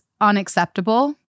unacceptable